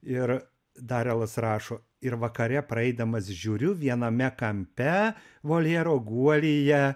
ir darelas rašo ir vakare praeidamas žiūriu viename kampe voljero guolyje